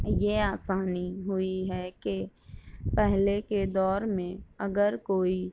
یہ آسانی ہوئی ہے کہ پہلے کے دور میں اگر کوئی